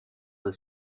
the